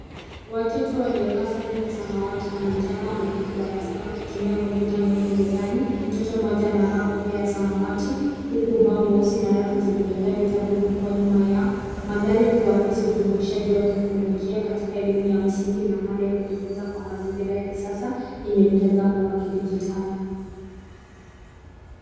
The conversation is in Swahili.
Watoto waliovaa sare za samawati na manjano wameketi darasani wakitumia komputa ndogo mezani, mtoto mmoja anavaa kofia ya samawati, huku ubao mweusi na rafu zilizojaa vitabu vikiwa nyuma yao. Mandhari huakisi ujumuishaji wa teknolojia katika elimu ya msingi na hali ya kujifunza kwa mazingira ya kisasa yenye mtazamo wa kidijitali.